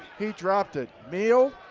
he dropped it. meehl.